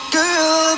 girl